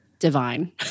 Divine